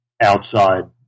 outside